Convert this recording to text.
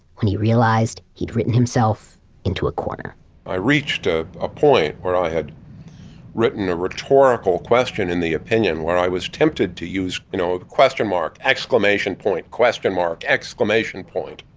when he realized he'd written himself into a corner i reached a ah point where i had written a rhetorical question in the opinion where i was tempted to use, you know, ah question mark, exclamation, point question, mark exclamation point!